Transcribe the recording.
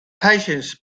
patience